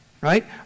right